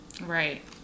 right